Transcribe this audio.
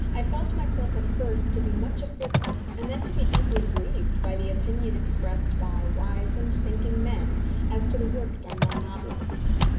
i felt myself at first to be much afflicted and then to be deeply grieved by the opinion expressed by wise and thinking men as to the work done by novelists.